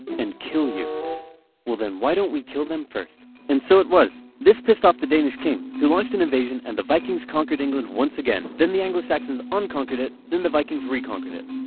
and kill you well then why don't we kill them first and so it was. this pissed off the danish king, who launched an invasion and the vikings conquered england once again. then the anglo-saxons un-conquered it. then the vikings re-conquered it.